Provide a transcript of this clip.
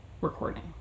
recording